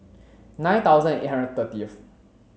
nine thousand eight hundred thirtieth